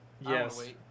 Yes